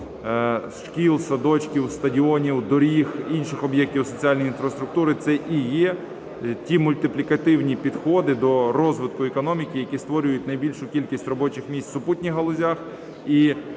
шкіл, садочків, стадіонів, доріг і інших об'єктів соціальної інфраструктури – це і є ті мультиплікативні підходи до розвитку економіки, які створюють найбільшу кількість робочих місць у супутніх галузях.